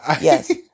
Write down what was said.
Yes